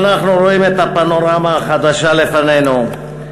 אנחנו רואים את הפנורמה החדשה לפנינו,